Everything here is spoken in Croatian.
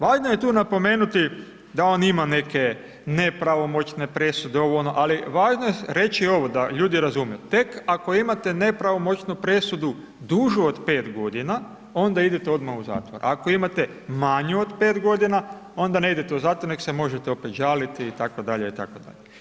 Važno je tu napomenuti da on ima neke nepravomoćne presude, ovo, ono, ali važno je reći ovo da ljudi razumiju, tek ako imate nepravomoćnu presudu dužu od 5.g., onda idete odmah u zatvor, ako imate manju od 5.g. onda ne idete u zatvor, nego se možete opet žaliti itd., itd.